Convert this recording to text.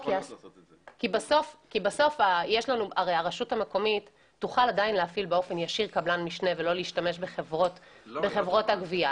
בסוף הרשות המקומית תוכל להפעיל קבלן משנה ולא להשתמש בחברות הגבייה.